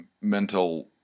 mental